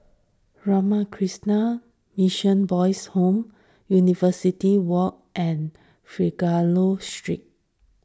Ramakrishna Mission Boys' Home University Walk and Figaro Street